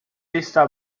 está